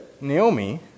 Naomi